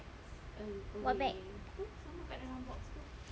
what bag